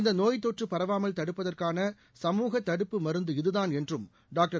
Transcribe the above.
இந்த நோய்த்தொற்று பரவாமல் தடுப்பதற்கான சமூக தடுப்புப் மருந்து இதுதான் என்றும் டாக்டர்